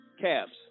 cabs